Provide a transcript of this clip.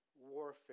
warfare